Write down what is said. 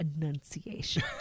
enunciation